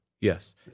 Yes